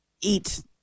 eat